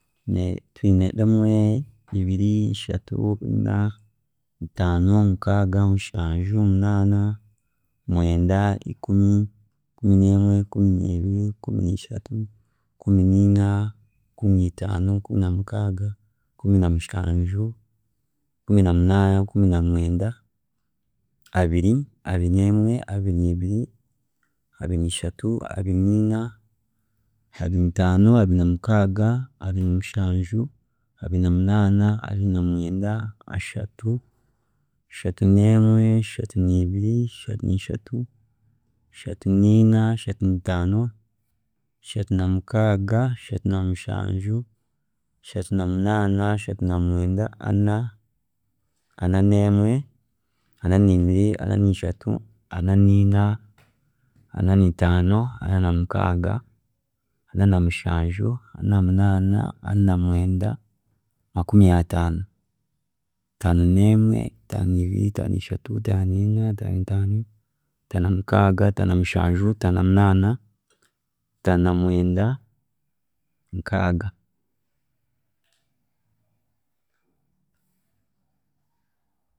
Twiine emwe, ibiri, ishatu, ina, itaano, mukaaga, mushanju, munaana, mwenda, ikumi, ikumi nemwe, ikumi nibiri, ikumi nishatu, ikumi niina, ikumi niitaano, ikumi na mukaaga, ikumi na mushanju, ikumi na munaana, ikumi na mwenda, abiri, abiri nemwe, abiri niibiri, abiri nishatu, abiri niina, abiri niitaano, abiri namukaaga, abiri namushanju, abiri namunaana, abiri namwenda, ashatu, ashatu nemwe, ashatu niibiri, ashatu niishatu, ashatu niina, ashatu niitaano, ashatu namukaaga, ashatu namushanju, ashatu namunaana, ashatu namwenda, ana, ana nemwe, ana niibiri, ana niishatu, ana niina, ana niitaano, ana namukaaga, ana namushanju, ana namunaana, ana namwenda makumi ataano, ataano nemwe, ataano niibiri, ataano nishatu, ataano niina, ataano niitaano, ataano namukaaga, ataano namushanju, ataano namuna, taano namwenda nkaaga.